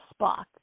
Spock